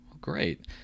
Great